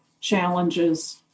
challenges